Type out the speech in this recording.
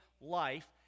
life